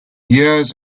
years